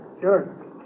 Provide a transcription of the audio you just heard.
Sure